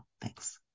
Thanks